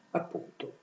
appunto